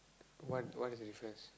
what what is the difference